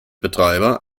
betreiber